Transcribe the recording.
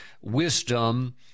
wisdom